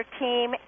team